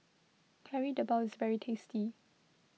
Kari Debal is very tasty